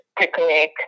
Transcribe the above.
technique